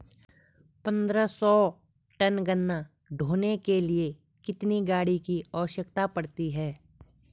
पन्द्रह सौ टन गन्ना ढोने के लिए कितनी गाड़ी की आवश्यकता पड़ती है?